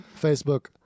Facebook